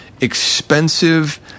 expensive